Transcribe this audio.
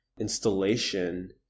installation